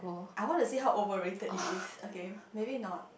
I wanna see how overrated it is okay maybe not